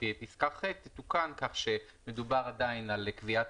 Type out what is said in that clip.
ופסקה (ח) תתוקן כך שמדובר עדיין על קביעת